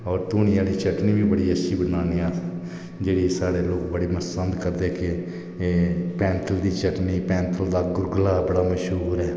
और धूनी आह्ली चटनी बी बड़ी अच्छी बनान्ने अस जेहड़ी साढ़े लोक बड़े पसंद करदे के एह पैंथल दी चटनी पैंथल दा गुरगला बड़ा मश्हूर ऐ